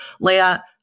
Leah